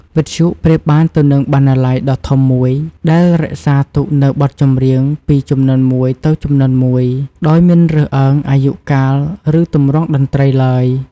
វិទ្យុប្រៀបបានទៅនឹងបណ្ណាល័យដ៏ធំមួយ ដែលរក្សាទុកនូវបទចម្រៀងពីជំនាន់មួយទៅជំនាន់មួយ ដោយមិនរើសអើងអាយុកាល ឬទម្រង់តន្ត្រីឡើយ។